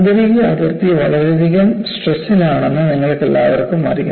ആന്തരിക അതിർത്തി വളരെയധികം സ്ട്രെസിലാണെന്ന് നിങ്ങൾക്കെല്ലാവർക്കും അറിയാം